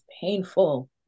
painful